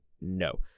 No